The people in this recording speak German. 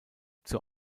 zur